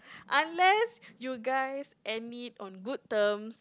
unless you guys end it on good terms